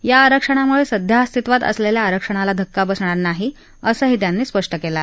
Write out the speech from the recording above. या आरक्षणामुळ सिध्या अस्तित्वात असलखिा आरक्षणाला धक्का बसणार नाही असं त्यांनी स्पष्ट कलि